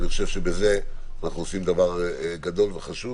אני חושב שבזה אנחנו עושים דבר גדול וחשוב